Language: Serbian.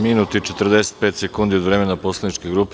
Minut i 45 sekundi od vremena poslaničke grupe.